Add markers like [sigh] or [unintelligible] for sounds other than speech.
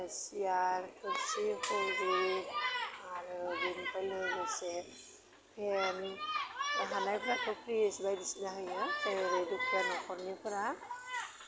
सियार सौखि [unintelligible] आरो बेनिफ्राय लोगोसे [unintelligible] हानायफ्रा सौखिजों लोगोसे बायदिसिना होयो जों ओरै दुखिया न'खरनिफोरा